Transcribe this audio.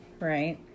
Right